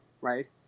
right